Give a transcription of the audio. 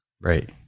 Right